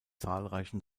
zahlreichen